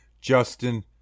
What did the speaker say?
Justin